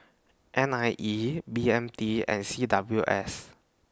N I E B M T and C W S